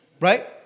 right